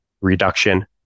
reduction